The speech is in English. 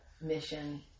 mission